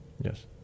Yes